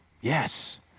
yes